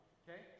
okay